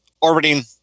orbiting